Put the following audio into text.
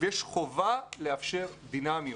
ויש חובה לאפשר דינמיות.